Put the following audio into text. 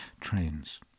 Trains